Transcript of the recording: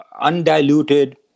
undiluted